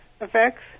effects